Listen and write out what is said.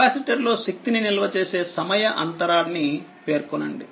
కెపాసిటర్లో శక్తిని నిల్వ చేసే సమయ అంతరాళాన్ని పేర్కొనండి